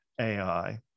AI